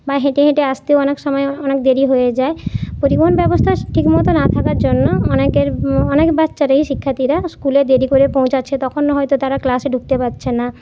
বা হেঁটে হেঁটে আসতে অনেক সময় অনেক দেরি হয়ে যায় পরিবহন ব্যবস্থা ঠিকমতো না থাকার জন্য অনেকের অনেক বাচ্চারই শিক্ষার্থীরা স্কুলে দেরি করে পৌঁছাচ্ছে তখন হয়তো তারা ক্লাসে ঢুকতে পাচ্ছে না